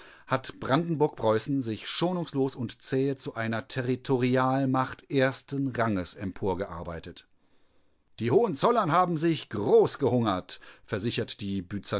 hat brandenburg-preußen sich schonungslos und zähe zu einer territorialmacht ersten ranges emporgearbeitet die hohenzollern haben sich großgehungert versichert die